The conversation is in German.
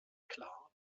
klar